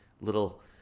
little